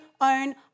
own